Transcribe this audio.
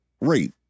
rate